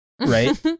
right